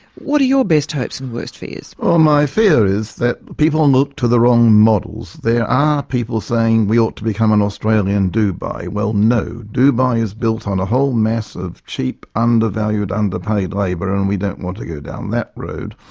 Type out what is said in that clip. what are your best hopes and worst fears? my fear is that people and look to the wrong models. there are people saying we ought to become an australian dubai. well, no. dubai is built on a whole mass of cheap undervalued, underpaid labour and we don't want to go down that road.